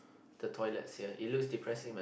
the toilet sia it looks depressing man